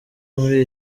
muri